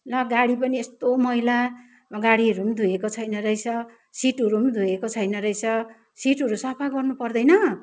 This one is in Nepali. न गाडी पनि यस्तो मैला गाडीहरू पनि धोएको छैन रहेछ सिटहरू पनि धोएको छैन रहेछ सिटहरू सफा गर्नुपर्दैन